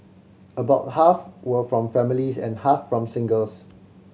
about half were from families and half from singles